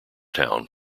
town